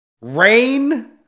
Rain